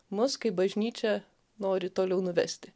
mus kaip bažnyčią nori toliau nuvesti